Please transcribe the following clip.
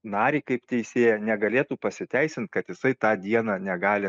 narį kaip teisėją negalėtų pasiteisint kad jisai tą dieną negali